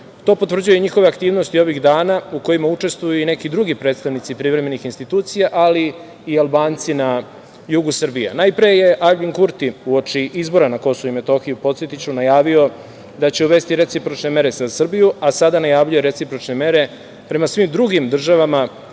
To potvrđuje i njihova aktivnost ovih dana u kojima učestvuju i neki drugi predstavnici privremenih institucija, ali i Albanci na jugu Srbije. Najpre je Aljbin Kurti u oči izbora na KiM, podsetiću, najavio da će uvesti recipročne mere za Srbiju, a sada najavljuje recipročne mere prema svim drugim državama